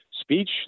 speech